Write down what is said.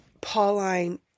Pauline